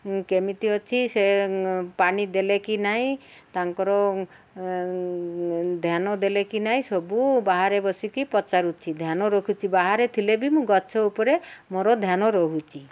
କେମିତି ଅଛି ସେ ପାଣି ଦେଲେ କି ନାଇଁ ତାଙ୍କର ଧ୍ୟାନ ଦେଲେ କି ନହିଁ ସବୁ ବାହାରେ ବସିକି ପଚାରୁଛିି ଧ୍ୟାନ ରଖୁଛି ବାହାରେ ଥିଲେ ବି ମୁଁ ଗଛ ଉପରେ ମୋର ଧ୍ୟାନ ରହୁଛି